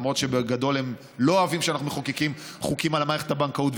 למרות שבגדול הם לא אוהבים שאנחנו מחוקקים חוקים על מערכת הבנקאות,